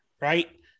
right